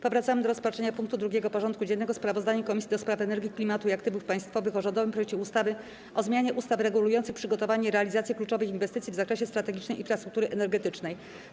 Powracamy do rozpatrzenia punktu 2. porządku dziennego: Sprawozdanie Komisji do Spraw Energii, Klimatu i Aktywów Państwowych o rządowym projekcie ustawy o zmianie ustaw regulujących przygotowanie i realizację kluczowych inwestycji w zakresie strategicznej infrastruktury energetycznej.